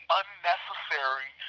unnecessary